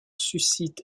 suscite